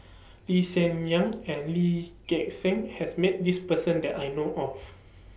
Lee Hsien Yang and Lee Gek Seng has Met This Person that I know of